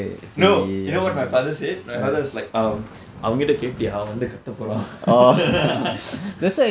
no you know what my father said my father was like um அவன்கிட்ட கேட்டியா அவன் வந்து கத்த போறான்:avankitta kaettiyaa avan vandthu kattha poraan